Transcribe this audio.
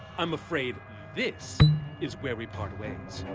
i'm afraid this is where we part ways.